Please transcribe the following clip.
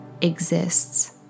exists